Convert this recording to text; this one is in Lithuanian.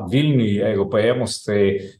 vilnių jeigu paėmus tai